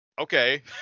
okay